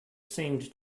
seemed